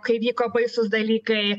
kai vyko baisūs dalykai